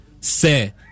say